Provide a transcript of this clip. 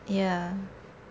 ya